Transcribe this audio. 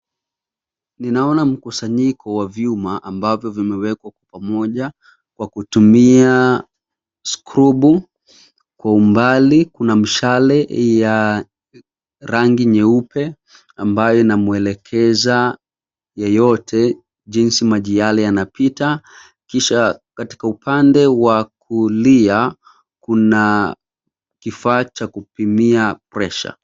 Ninaona mkusanyiko wa vyuma ambavyo vimewekwa pamoja kwa kutumia skrubu. Kwa umbali, kuna mshale ya rangi nyeupe ambayo ina mwelekeza yeyote jinsi maji yale yanapita kisha, katika upande wa kulia kuna kifaa cha kupimia presha.